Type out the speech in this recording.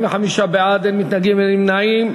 45 בעד, אין מתנגדים, אין נמנעים.